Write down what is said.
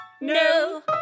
No